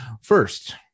First